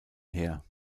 her